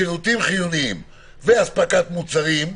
"שירותים חיוניים ואספקת מוצרים,